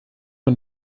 man